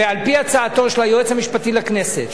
ועל-פי הצעתו של היועץ המשפטי לכנסת,